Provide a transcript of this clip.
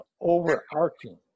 overarching